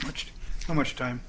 how much how much time